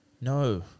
no